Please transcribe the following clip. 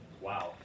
Wow